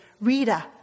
Rita